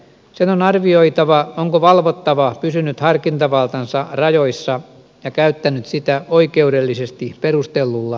sen on arvioitava onko valvottava pysynyt harkintavaltansa rajoissa ja käyttänyt sitä oikeudellisesti perustellulla tavalla